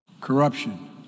Corruption